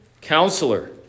Counselor